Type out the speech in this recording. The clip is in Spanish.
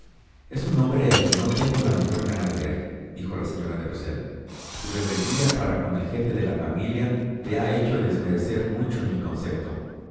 es un hombre a quien no tengo la menor gana de verdijo la señora de rusell su rebeldía para con el jefe de la familia le ha hecho desmerecer mucho en mi concepto